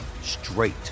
straight